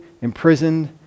imprisoned